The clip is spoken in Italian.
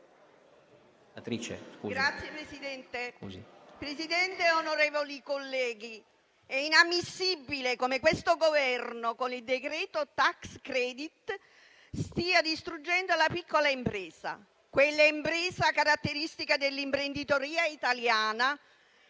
*(M5S)*. Signor Presidente, onorevoli colleghi, è inammissibile come questo Governo, con il decreto-legge *tax credit*, stia distruggendo la piccola impresa, quella impresa caratteristica dell'imprenditoria italiana,